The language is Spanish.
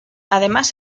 además